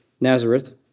Nazareth